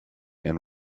and